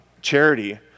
charity